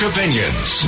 Opinions